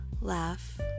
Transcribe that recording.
laugh